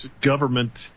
government